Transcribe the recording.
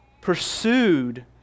pursued